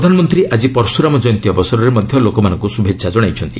ପ୍ରଧାନମନ୍ତ୍ରୀ ଆଜି ପର୍ଶୁରାମ ଜୟନ୍ତୀ ଅବସରରେ ମଧ୍ୟ ଲୋକମାନଙ୍କୁ ଶୁଭେଚ୍ଛା କଣାଇଛନ୍ତି